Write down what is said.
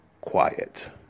quiet